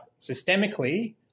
systemically